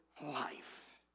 life